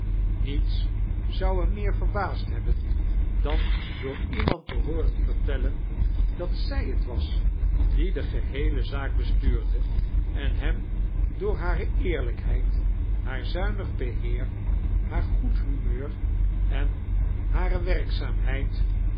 niets zou hem meer verbaasd hebben dan door iemand te hooren vertellen dat zij het was die de geheele zaak bestiuurde en hem door hare eerlijfcfcjeid haar zuinig beheer haar goed humeur en hare werkzaamhedd